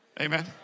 Amen